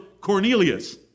Cornelius